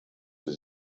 für